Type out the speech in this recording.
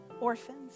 orphans